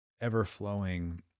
ever-flowing